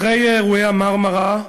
אחרי אירועי ה"מרמרה",